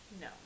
No